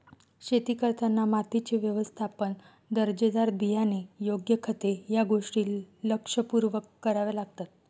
शेती करताना मातीचे व्यवस्थापन, दर्जेदार बियाणे, योग्य खते या गोष्टी लक्षपूर्वक कराव्या लागतात